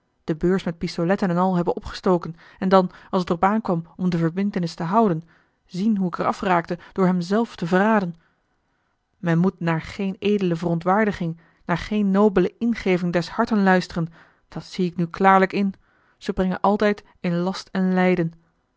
de beurs met pistoletten en al hebben opgestoken en dan als t er op aan kwam om de verbintenis te houden zien hoe ik er afraakte door hem zelf te verraden men moet naar geene edele verontwaardiging naar geene nobele ingeving des harten luisteren dat zie ik nu klaarlijk in ze brengen altijd in last en lijden